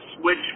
switch